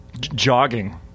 jogging